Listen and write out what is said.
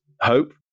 hope